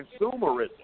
consumerism